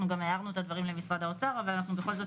אנחנו גם הערנו את הדברים למשרד האוצר אבל אנחנו בכל זאת